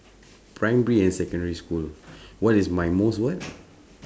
primary and secondary school what is my most what